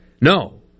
No